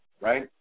right